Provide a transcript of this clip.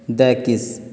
the kiss